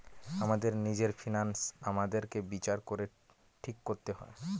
আমাদের নিজের ফিন্যান্স আমাদেরকে বিচার করে ঠিক করতে হয়